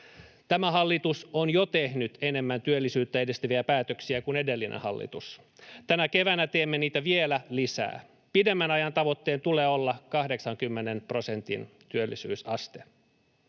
Tämä hallitus on jo tehnyt enemmän työllisyyttä edistäviä päätöksiä kuin edellinen hallitus. Tänä keväänä teemme niitä vielä lisää. Pidemmän ajan tavoitteen tulee olla 80 prosentin työllisyysaste.